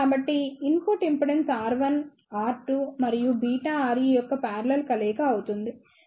కాబట్టి input impedance R1 R2 మరియు βre యొక్క పారలెల్ కలయిక అవుతుంది